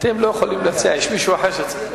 אתם לא יכולים להציע, יש מישהו אחר שיציע.